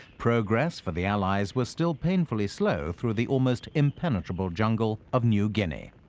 progress for the allies was still painfully slow through the almost impenetrable jungle of new guinea.